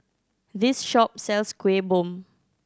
this shop sells Kueh Bom